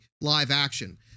live-action